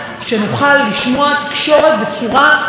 אבל אצל ראש הממשלה ואצל שריו זה לא עובד ככה.